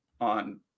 on